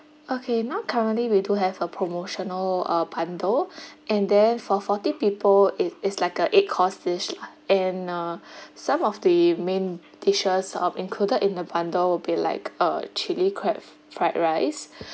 okay now currently we do have a promotional uh bundle and they're for forty people it is like a eight course lah and uh some of the main dishes um included in a bundle will be like uh chilli crab fried rice